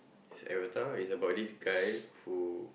is Arrow the is about this guy who